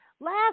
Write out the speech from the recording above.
Last